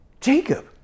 Jacob